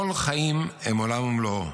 כל חיים הם עולם ומלואו,